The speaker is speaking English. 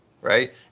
right